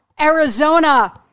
Arizona